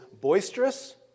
boisterous